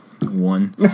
One